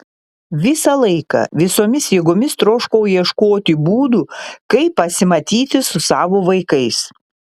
visą laiką visomis jėgomis troškau ieškoti būdų kaip pasimatyti su savo vaikais